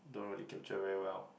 don't really capture very well